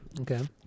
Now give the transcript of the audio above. Okay